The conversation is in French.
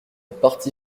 parti